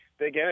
big